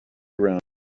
around